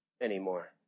anymore